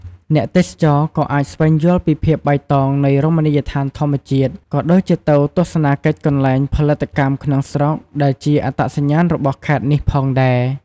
អ្នកទេសចរណ៍ក៏អាចស្វែងយល់ពីភាពបៃតងនៃរមណីយដ្ឋានធម្មជាតិ ក៏ដូចជាទៅទស្សនាកិច្ចកន្លែងផលិតកម្មក្នុងស្រុកដែលជាអត្តសញ្ញាណរបស់ខេត្តនេះផងដែរ។